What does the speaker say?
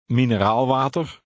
mineraalwater